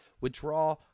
withdraw